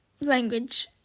language